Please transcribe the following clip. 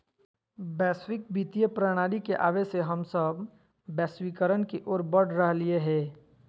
वैश्विक वित्तीय प्रणाली के आवे से हम सब वैश्वीकरण के ओर बढ़ रहलियै हें